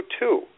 two